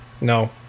No